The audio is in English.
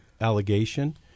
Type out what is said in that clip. allegation